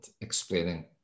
explaining